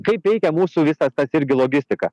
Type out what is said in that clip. kaip veikia mūsų visas tas irgi logistiką